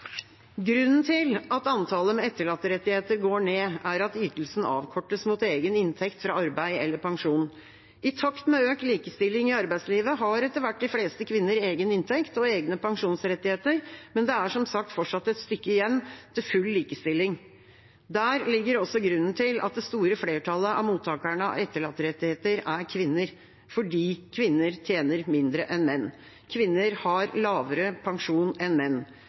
Grunnen til at antallet med etterlatterettigheter går ned, er at ytelsen avkortes mot egen inntekt fra arbeid eller pensjon. I takt med økt likestilling i arbeidslivet har etter hvert de fleste kvinner egen inntekt og egne pensjonsrettigheter, men det er som sagt fortsatt et stykke igjen til full likestilling. Der ligger også grunnen til at det store flertallet av mottakerne av etterlatterettigheter er kvinner. Kvinner tjener mindre enn menn. Kvinner har lavere pensjon enn menn.